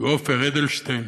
עופר אדלשטיין,